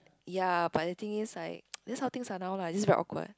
ya but the thing is like this are how things are now lah it's just very awkward